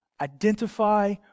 Identify